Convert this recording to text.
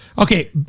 Okay